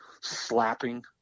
slapping